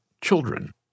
children